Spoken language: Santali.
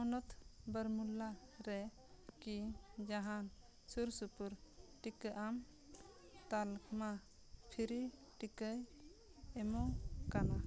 ᱦᱚᱱᱚᱛ ᱵᱚᱨᱢᱩᱞᱞᱟᱨᱮ ᱠᱤ ᱡᱟᱦᱟᱱ ᱥᱩᱨᱥᱩᱯᱩᱨ ᱴᱤᱠᱟᱹ ᱟᱢ ᱛᱟᱞᱢᱟ ᱯᱷᱨᱤ ᱴᱤᱠᱟᱹ ᱮᱢᱚᱜ ᱠᱟᱱᱟ